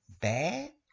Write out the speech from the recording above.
bad